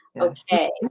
Okay